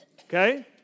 Okay